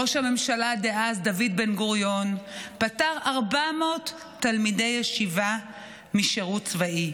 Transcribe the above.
ראש הממשלה דאז דוד בן-גוריון פטר 400 תלמידי ישיבה משירות צבאי.